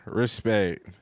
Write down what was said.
respect